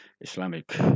islamic